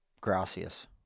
gracias